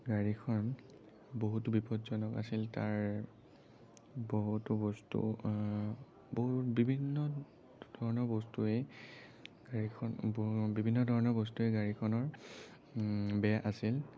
গাড়ীখন বহুতো বিপদজক আছিল তাৰ বহুতো বস্তু বহু বিভিন্ন ধৰণৰ বস্তুৱেই গাড়ীখন বিভিন্ন ধৰণৰ বস্তুৱে গাড়ীখনৰ বেয়া আছিল